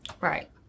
Right